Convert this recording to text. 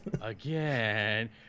again